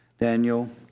Daniel